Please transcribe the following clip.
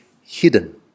hidden